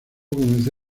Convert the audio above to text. comenzó